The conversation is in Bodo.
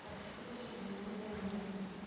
गासैखौबो संजोबनाय जायो आरो